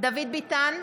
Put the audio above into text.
דוד ביטן,